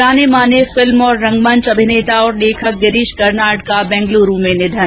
जाने माने फिल्म और रंगमंच अभिनेता और लेखक गिरीश कर्नाड का बैंगलूरु में निधन